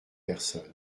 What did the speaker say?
personne